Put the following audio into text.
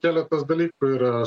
keletas dalykų yra